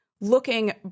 looking